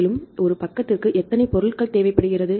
மேலும் ஒரு பக்கத்திற்கு எத்தனை பொருட்கள் தேவைப்படுகிறது